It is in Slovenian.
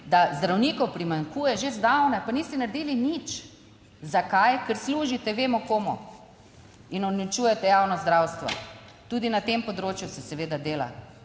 da zdravnikov primanjkuje že zdavnaj, pa niste naredili nič. Zakaj? Ker služite, vemo komu. In uničujete javno zdravstvo. Tudi na tem področju se seveda dela.